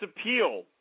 appeal